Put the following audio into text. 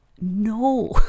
no